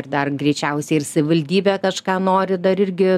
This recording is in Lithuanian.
ir dar greičiausiai ir savivaldybė kažką nori dar irgi